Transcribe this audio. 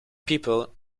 people